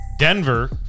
Denver